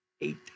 Eight